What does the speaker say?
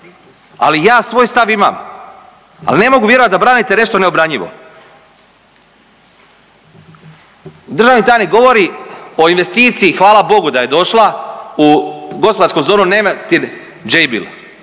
ali ja svoj stav imam. Ali ne mogu vjerovati da branit nešto neobranjivo. Državni tajnik govori o investiciji, hvala Bogu da je došla, u gospodarsku zonu Nemetin, Jabil.